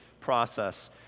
process